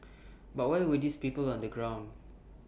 but where were these people on the ground